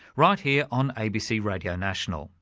right here on abc radio national.